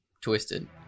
twisted